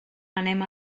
anem